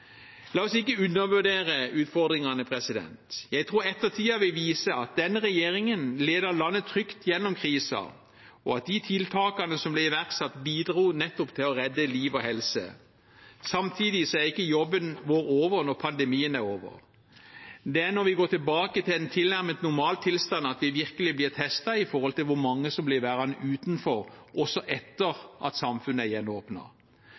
La oss ikke undervurdere utfordringene. Jeg tror ettertiden vil vise at denne regjeringen ledet landet trygt gjennom krisen, og at de tiltakene som ble iverksatt, bidro nettopp til å redde liv og helse. Samtidig er ikke jobben vår over når pandemien er over. Det er når vi går tilbake til en tilnærmet normal tilstand at vi virkelig blir testet med hensyn til hvor mange som blir værende utenfor, også etter at samfunnet er